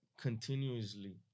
continuously